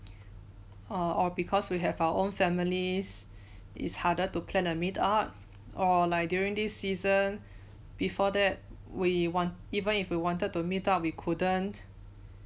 or because we have our own families it's harder to plan a meet up or like during this season before that we want even if we wanted to meet up we couldn't